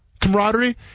camaraderie